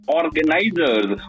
organizers